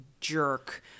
jerk